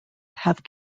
have